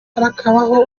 harakabaho